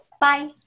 Bye